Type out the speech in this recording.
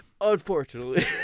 Unfortunately